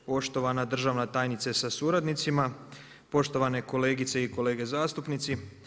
Poštovana državna tajnice sa suradnicima, poštovane kolegice i kolege zastupnici.